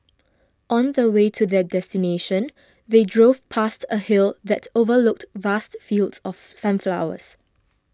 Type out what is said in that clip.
on the way to their destination they drove past a hill that overlooked vast fields of sunflowers